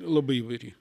labai įvairi